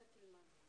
תשאלו.